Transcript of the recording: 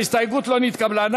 ההסתייגות לא נתקבלה.